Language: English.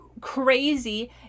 crazy